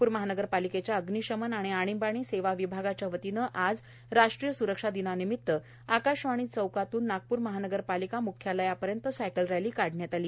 नागपूर महानगरपालिकेच्या अग्निशमन आणि आणीबाणी सेवा विभागाच्या वतीने आज राष्ट्रीय स्रक्षा दिना निमित्त आकाशवाणी चौकातून नागपूर महानगरपालिका म्ख्यालयापर्यंत सायकल रॅली काढण्यात आली